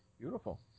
Beautiful